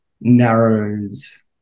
narrows